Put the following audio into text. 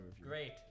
Great